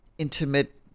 intimate